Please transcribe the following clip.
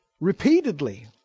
repeatedly